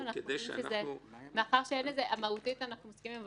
מאחר שמהותית אנחנו מסכימים,